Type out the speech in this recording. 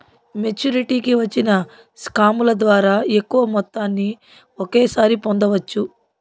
మెచ్చురిటీకి వచ్చిన స్కాముల ద్వారా ఎక్కువ మొత్తాన్ని ఒకేసారి పొందవచ్చు